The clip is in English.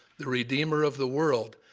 the redeemer of the world,